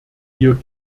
hier